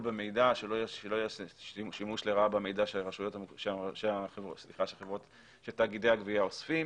במידע שלא ייעשה שימוש לרעה במידע שתאגידי הגבייה אוספים,